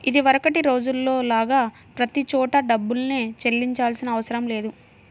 ఇదివరకటి రోజుల్లో లాగా ప్రతి చోటా డబ్బుల్నే చెల్లించాల్సిన అవసరం లేదు